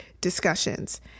discussions